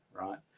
right